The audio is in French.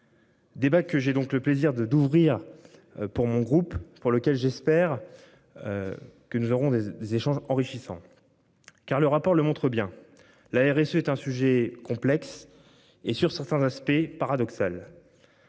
Débat que j'ai donc le plaisir de, d'ouvrir. Pour mon groupe pour lequel j'espère. Que nous aurons des échanges enrichissants. Car le rapport le montre bien, l'ARS est un sujet complexe et sur certains aspects paradoxal.